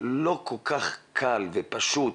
לא רק בעתות קורונה,